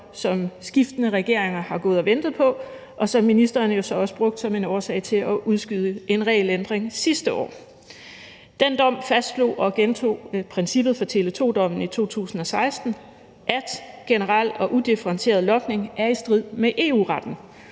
som skiftende regeringer har gået og ventet på, og som ministeren jo så også har brugt som en årsag til at udskyde en regelændring sidste år. Den dom fastslog og gentog princippet fra Tele2-dommen fra 2016, nemlig at generel og udifferentieret logning er i strid med EU-retten,